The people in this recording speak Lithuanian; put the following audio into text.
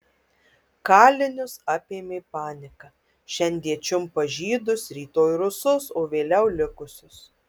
kalinius apėmė panika šiandien čiumpa žydus rytoj rusus o vėliau likusius